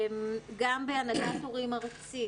גם בהנהגת הורים ארצית,